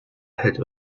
hält